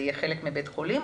זה יהיה חלק מבית החולים?